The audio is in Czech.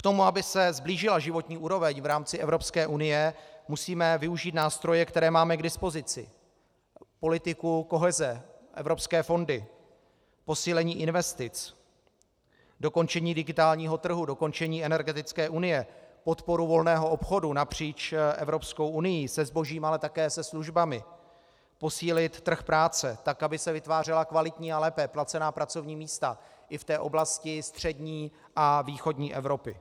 K tomu, aby se sblížila životní úroveň v rámci Evropské unie, musíme využít nástroje, které máme k dispozici, politiku koheze, evropské fondy, posílení investic, dokončení digitálního trhu, dokončení energetické unie, podporu volného obchodu napříč Evropskou unií se zbožím, ale také se službami, posílit trh práce tak, aby se vytvářela kvalitní a lépe placená pracovní místa i v té oblasti střední a východní Evropy.